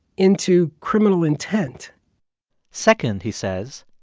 into criminal intent second, he says,